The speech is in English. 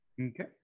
Okay